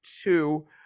Two